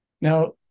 Now